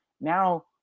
Now